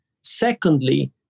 Secondly